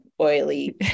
oily